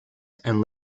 and